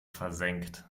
versenkt